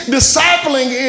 discipling